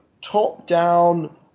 top-down